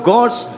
God's